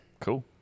Cool